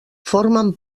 formen